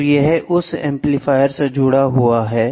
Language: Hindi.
तो यह उस एम्पलीफायर से जुड़ा हुआ है